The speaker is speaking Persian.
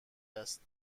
است